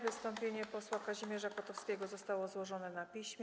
Wystąpienie posła Kazimierza Kotowskiego zostało złożone na piśmie.